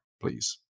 please